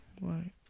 right